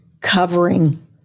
covering